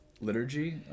liturgy